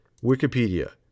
Wikipedia